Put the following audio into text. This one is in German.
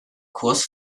kurs